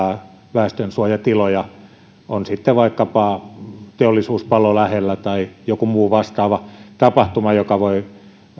väestönsuojatiloja on sitten vaikkapa teollisuuspalo lähellä tai joku muu vastaava tapahtuma joka voi